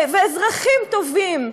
ואזרחים טובים,